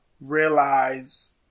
realize